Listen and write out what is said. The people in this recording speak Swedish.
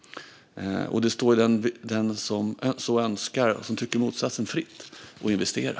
Men det står den som tycker motsatsen och som så önskar fritt att investera.